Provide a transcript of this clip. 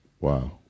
Wow